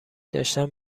داشتن